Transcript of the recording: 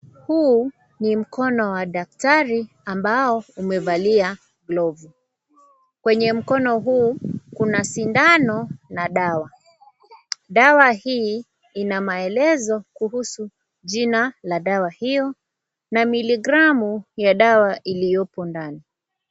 Huu ni mkono wa daktari ambao umevalia glovu. Kenye mkono huu kuna sindano na dawa. Dawa hii ina maelezo kuhusu jina la dawa hiyo na miligramu iliyopo ndani.